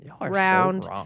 round